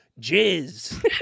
Jizz